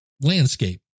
landscape